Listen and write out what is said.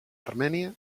armènia